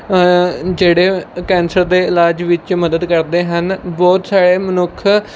ਜਿਹੜੇ ਕੈਂਸਰ ਦੇ ਇਲਾਜ ਵਿੱਚ ਮਦਦ ਕਰਦੇ ਹਨ ਬਹੁਤ ਸਾਰੇ ਮਨੁੱਖ